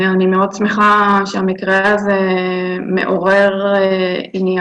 אני שמחה מאוד שהמקרה הזה מעורר עניין.